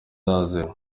azira